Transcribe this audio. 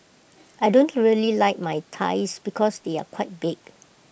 I don't really like my thighs because they are quite big